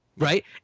Right